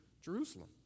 Jerusalem